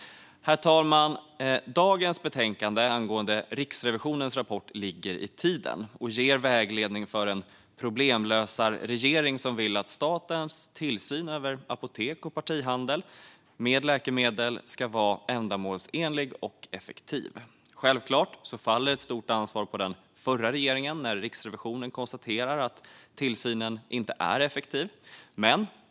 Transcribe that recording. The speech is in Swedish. Herr talman! Dagens betänkande angående Riksrevisionens rapport ligger i tiden och ger vägledning för en problemlösarregering som vill att statens tillsyn över apotek och partihandel med läkemedel ska vara ändamålsenlig och effektiv. Självklart faller ett stort ansvar på den förra regeringen när Riksrevisionen konstaterar att tillsynen inte är effektiv.